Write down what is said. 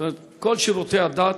זאת אומרת, כל שירותי הדת